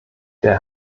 der